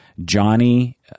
Johnny